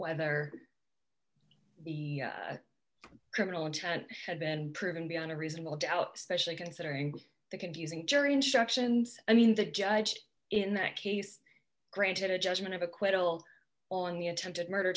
whether the criminal intent had been proven beyond a reasonable doubt specially considering the confusing jury instructions i mean the judge in that case granted a judgment of acquittal on the attempted murder